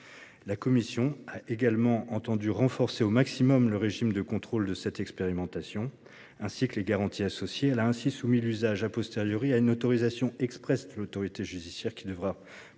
la commission a entendu renforcer au maximum le régime de contrôle de cette expérimentation ainsi que les garanties associées. Elle a ainsi soumis l'usage à une autorisation expresse de l'autorité judiciaire qui devra préciser